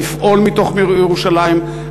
לפעול מתוך העיר ירושלים,